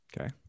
Okay